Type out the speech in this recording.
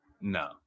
No